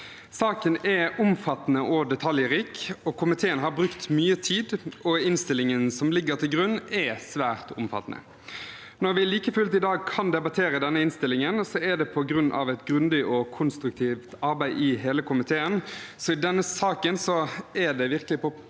Saken er omfattende og detaljrik. Komiteen har brukt mye tid, og innstillingen som ligger til grunn, er svært omfattende. Når vi like fullt i dag kan debattere denne innstillingen, er det på grunn av et grundig og konstruktivt arbeid i hele komiteen, så i denne saken er det virkelig på sin